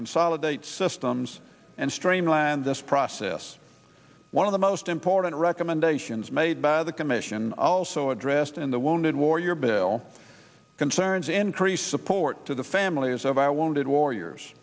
consolidate systems and streamline this process one of the most important recommendations made by the commission also addressed in the wounded warrior bill concerns increased support to the families of our wounded warriors